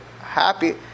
Happy